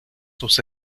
sus